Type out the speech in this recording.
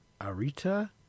Arita